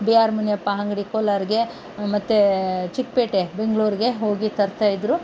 B R Muniyappa ಅಂಗಡಿ ಕೋಲಾರ್ಗೆ ಮತ್ತು ಚಿಕ್ಕಪೇಟೆ ಬೆಂಗಳೂರ್ಗೆ ಹೋಗಿ ತರ್ತಾಯಿದ್ರು